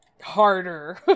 harder